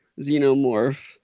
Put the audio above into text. Xenomorph